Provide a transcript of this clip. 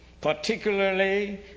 particularly